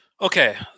Okay